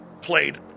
played